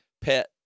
pet